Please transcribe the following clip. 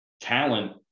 talent